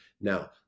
Now